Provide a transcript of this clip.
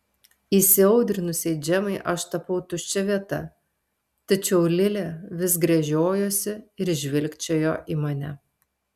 įsiaudrinusiai džemai aš tapau tuščia vieta tačiau lilė vis gręžiojosi ir žvilgčiojo į mane